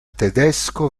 tedesco